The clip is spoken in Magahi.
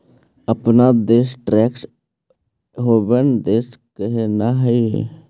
अपन देश टैक्स हेवन देश काहे न हई?